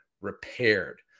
repaired